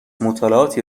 مطالعاتی